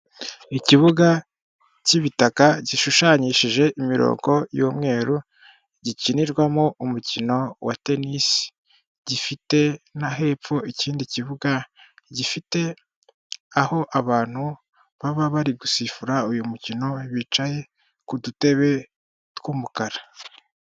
Ikibuga cy'ibitaka gishushanyishije imirongo y'umweru gikinirwamo umukino wa tenisi gifite na hepfo ikindi kibuga gifite aho abantu baba bari gusifura uyu mukino bicaye ku dutebe tw'umukara.